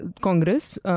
Congress